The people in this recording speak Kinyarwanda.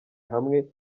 hamwe